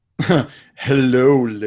Hello